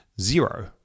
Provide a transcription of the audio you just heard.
zero